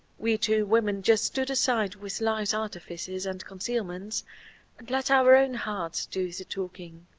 we two women just stood aside with life's artifices and concealments and let our own hearts do the talking.